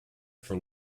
for